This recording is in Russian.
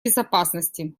безопасности